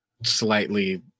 slightly